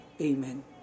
Amen